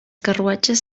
carruatges